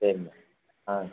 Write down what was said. சரி மேடம் ஆ